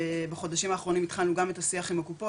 בחודשים האחרונים התחלנו גם את השיח עם הקופות,